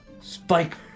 spike